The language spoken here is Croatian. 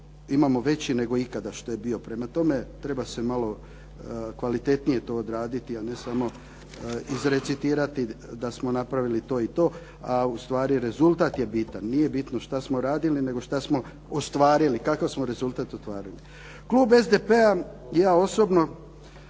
imamo veći nego ikada što je bio, prema tome, treba se malo kvalitetnije to odraditi, a ne samo izrecitirati da smo napravili to i to, a ustvari rezultat je bitan, nije bitno što smo radili, nego što smo ostvarili, kakav smo rezultat ostvarili. Klub SDP-a i ja osobno